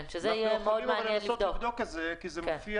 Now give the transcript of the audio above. אנחנו יכולים לנסות לבדוק את זה כי זה מופיע